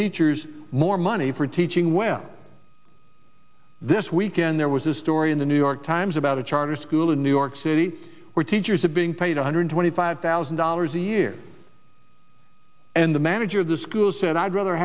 teachers more money for teaching well this weekend there was a story in the new york times about a charter school in new york city where teachers are being paid one hundred twenty five thousand dollars a year and the manager of the school said i'd rather